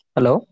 Hello